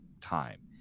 time